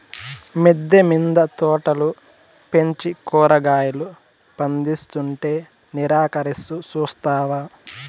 మిద్దె మింద తోటలు పెంచి కూరగాయలు పందిస్తుంటే నిరాకరిస్తూ చూస్తావా